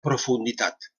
profunditat